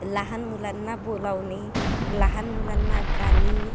लहान मुलांना बोलावणे लहान मुलांना गाणी